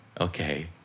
okay